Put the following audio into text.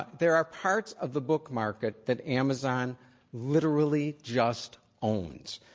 but there are parts of the book market that amazon literally just owns.